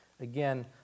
Again